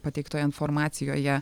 pateiktoje informacijoje